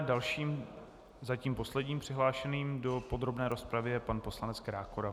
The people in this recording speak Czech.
Dalším, zatím posledním přihlášeným do podrobné rozpravy je pan poslanec Krákora.